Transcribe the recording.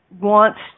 wants